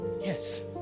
Yes